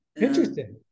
Interesting